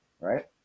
right